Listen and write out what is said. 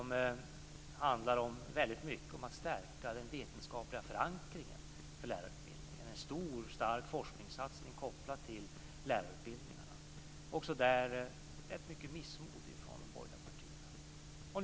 Den handlar mycket om att stärka den vetenskapliga förankringen för lärarutbildningen, en stor stark forskningssatsning kopplad till lärarutbildningarna. Också där var det mycket missmod från de borgerliga partierna.